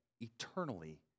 eternally